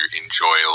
enjoy